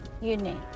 unique